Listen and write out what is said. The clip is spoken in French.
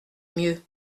mieux